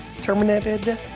Terminated